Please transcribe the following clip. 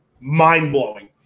mind-blowing